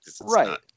Right